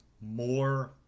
more